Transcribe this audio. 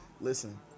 listen